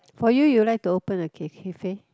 for you you like to open a ca~ cafe